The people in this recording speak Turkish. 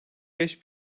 beş